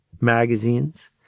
magazines